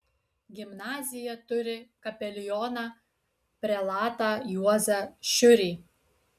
gimnazija turi kapelioną prelatą juozą šiurį